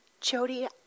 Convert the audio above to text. Jody